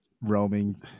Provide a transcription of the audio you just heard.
roaming